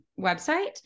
website